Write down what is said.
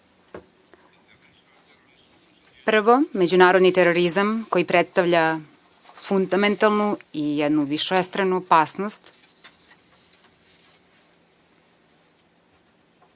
međunarodni terorizam, koji predstavlja fundamentalnu i jednu višestranu opasnost,